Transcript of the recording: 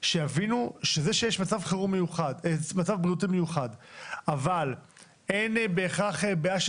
שיבינו שזה שיש מצב בריאות מיוחד אבל אין בהכרח בעיה של